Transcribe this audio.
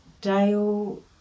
Dale